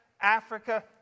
Africa